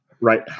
Right